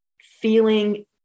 feeling